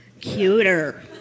cuter